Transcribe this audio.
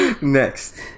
next